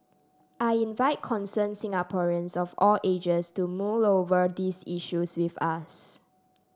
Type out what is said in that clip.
I invite concerned Singaporeans of all ages to mull over these issues with us